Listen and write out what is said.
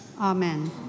Amen